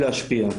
על מנת להשפיע.